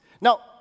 Now